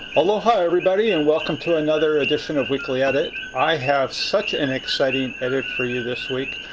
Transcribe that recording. aloha everybody, and welcome to another edition of weekly edit. i have such an exciting edit for you this week.